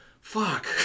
fuck